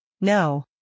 No